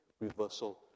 reversal